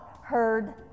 heard